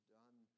done